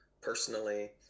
personally